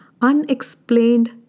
unexplained